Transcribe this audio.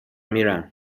میرم